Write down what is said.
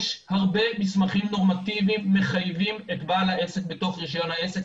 יש הרבה מסמכים נורמטיביים מחייבים את בעל העסק בתוך רישיון העסק,